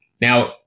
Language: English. Now